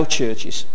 churches